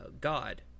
God